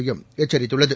மையம் எச்சரித்துள்ளது